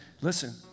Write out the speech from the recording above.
listen